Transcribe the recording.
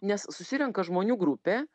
nes susirenka žmonių grupė